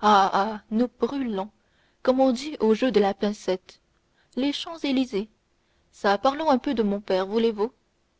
ah ah nous brûlons comme on dit au jeu de la pincette les champs-élysées ça parlons un peu de mon père voulez-vous